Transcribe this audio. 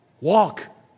Walk